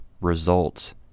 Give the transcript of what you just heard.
Results